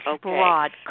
broad